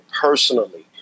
personally